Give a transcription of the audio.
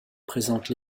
présente